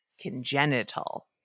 congenital